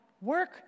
work